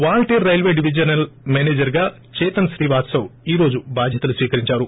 Waltair railway divisional manager గా చేతన శ్రీవాస్తవ్ ఈ రోజు బాధ్యతలు స్వీకరిందారు